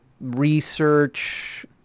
research